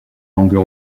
langues